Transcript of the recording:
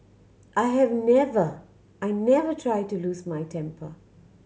I have never I never try to lose my temper